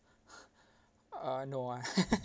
uh no ah